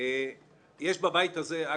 אגב,